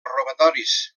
robatoris